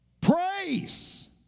Praise